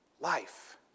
life